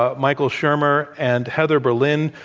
ah michael shermer and heather berlin,